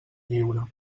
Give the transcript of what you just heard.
lliure